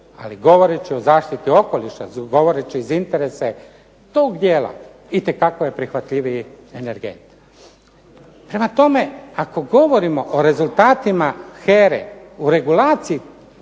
ali govoreći o zaštiti okoliša, govoreći iz interesa tog dijela itekako je prihvatljiviji energent. Prema tome, ako govorimo o rezultatima HERA-e u regulaciji